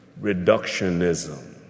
reductionism